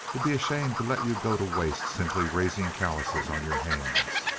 it'd be a shame to let you go to waste simply raising calluses on your hands.